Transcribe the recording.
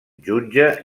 jutge